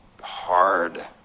hard